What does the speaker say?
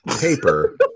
paper